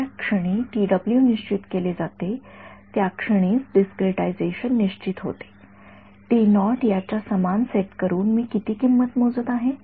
ज्या क्षणी निश्चित केले जाते त्या क्षणीच डीसक्रिटायजेशन निश्चित होते याच्या समान सेट करुन मी किती किंमत मोजत आहे